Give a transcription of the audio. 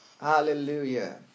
Hallelujah